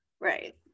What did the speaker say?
Right